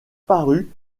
paru